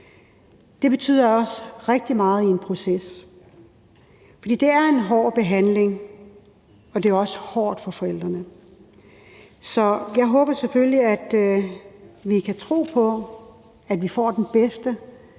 det betyder også rigtig meget i processen. For det er en hård behandling, og det er jo også hårdt for forældrene. Så jeg håber selvfølgelig, at vi kan tro på, at vi får den bedste